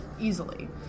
easily